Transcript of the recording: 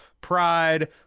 pride